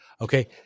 okay